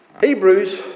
Hebrews